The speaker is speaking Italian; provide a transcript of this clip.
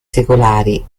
secolari